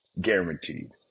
guaranteed